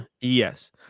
Yes